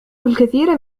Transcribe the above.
الكثير